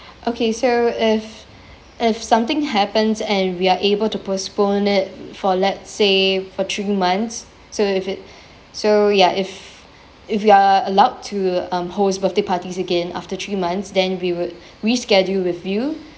okay so if if something happens and we are able to postpone it for let's say for three months so if it so ya if if we are allowed to um host birthday parties again after three months then we would reschedule with you